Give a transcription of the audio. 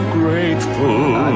grateful